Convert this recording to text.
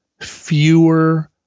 fewer